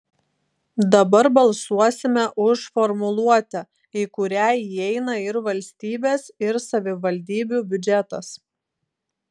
dabar balsuosime už formuluotę į kurią įeina ir valstybės ir savivaldybių biudžetas